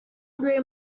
green